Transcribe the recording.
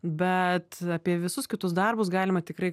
bet apie visus kitus darbus galima tikrai